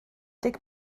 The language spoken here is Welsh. deg